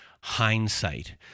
hindsight